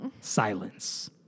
Silence